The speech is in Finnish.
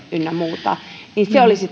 ynnä muuta siihen olisi